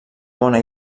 bona